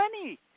money